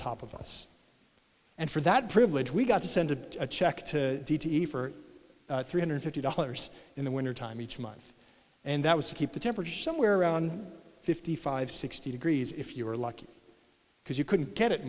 top of us and for that privilege we got to send a check to see for three hundred fifty dollars in the wintertime each month and that was to keep the temperature somewhere around fifty five sixty degrees if you were lucky because you couldn't get